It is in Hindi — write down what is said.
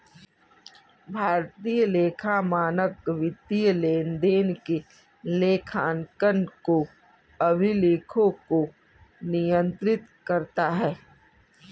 भारतीय लेखा मानक वित्तीय लेनदेन के लेखांकन और अभिलेखों को नियंत्रित करता है